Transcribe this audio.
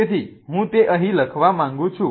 તેથી હું તે અહીં લખવા માંગુ છું